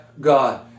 God